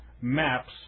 maps